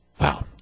Wow